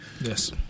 Yes